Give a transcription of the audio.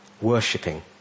worshipping